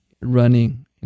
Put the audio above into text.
running